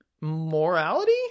morality